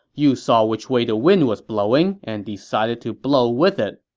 you saw which way the wind was blowing and decided to blow with it.